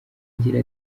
agira